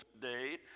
today